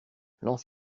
lance